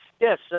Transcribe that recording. Yes